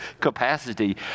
capacity